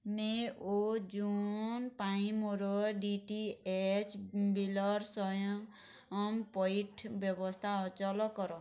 ମେ' ଓ ଜୁନ୍ ପାଇଁ ମୋର ଡି ଟି ଏଚ୍ ବିଲ୍ର ସ୍ଵୟଂ ପଇଠ ବ୍ୟବସ୍ଥା ଅଚଳ କର